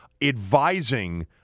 advising